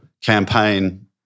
campaign